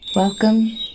Welcome